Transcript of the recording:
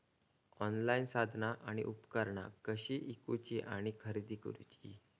Online साधना आणि उपकरणा कशी ईकूची आणि खरेदी करुची?